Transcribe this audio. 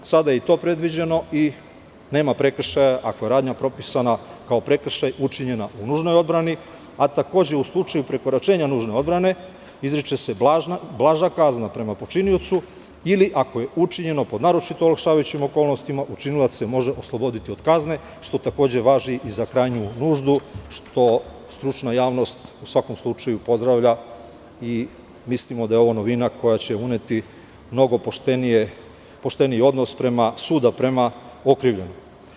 Sada je i to predviđeno i nema prekršaja, ako je radnja propisana kao prekršaj učinjen u nužnoj odbrani, a takođe u slučaju prekoračenja nužne odbrane izriče se blaža kazna prema počiniocu, ili ako je učinjeno po naročito olakšavajućim okolnostima, učinilac se može osloboditi od kazne, što takođe važi i za krajnju nuždu, što stručna javnost, u svakom slučaju, pozdravlja i mislimo da je ovo novina koja će uneti mnogo pošteniji odnos suda prema okrivljenom.